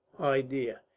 idea